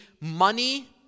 money